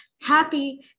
Happy